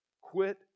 Quit